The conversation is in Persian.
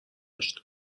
هشت